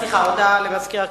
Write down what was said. הודעה למזכיר הכנסת,